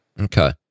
Okay